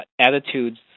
attitudes